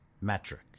metric